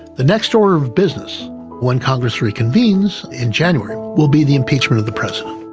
the next order of business when congress reconvenes in january will be the impeachment of the president.